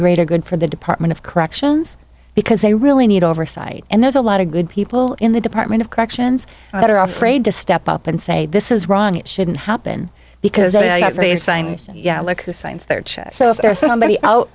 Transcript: greater good for the department of corrections because they really need oversight and there's a lot of good people in the department of corrections that are afraid to step up and say this is wrong it shouldn't happen because i got very excited yeah like who signs their check so if there's somebody out